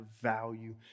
value